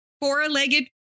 Four-legged